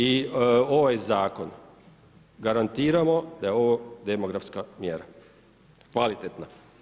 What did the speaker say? I ovaj zakon, garantiramo da je ovo demografska mjera, kvalitetna.